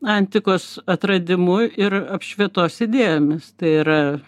antikos atradimu ir apšvietos idėjomis tai yra